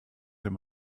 him